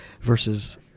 versus